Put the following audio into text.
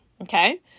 Okay